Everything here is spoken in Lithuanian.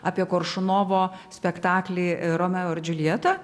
apie koršunovo spektaklį romeo ir džiuljeta